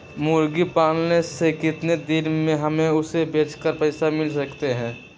मुर्गी पालने से कितने दिन में हमें उसे बेचकर पैसे मिल सकते हैं?